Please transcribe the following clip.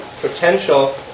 potential